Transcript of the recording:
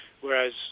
whereas